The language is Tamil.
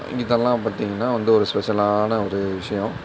இதெல்லாம் பார்த்தீங்கன்னா வந்து ஒரு ஸ்பெஷலான ஒரு விஷயம்